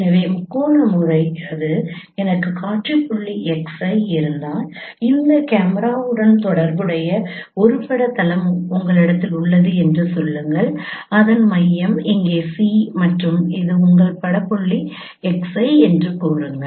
எனவே முக்கோண முறை அது எனக்கு காட்சி புள்ளி xi இருந்தால் இந்த கேமராவுடன் தொடர்புடைய ஒரு பட தளம் உங்களிடம் உள்ளது என்று சொல்லுங்கள் அதன் மையம் இங்கே C மற்றும் இது உங்கள் பட புள்ளி Xi என்று கூறுங்கள்